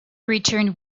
returned